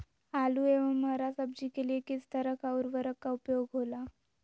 आलू एवं हरा सब्जी के लिए किस तरह का उर्वरक का उपयोग होला?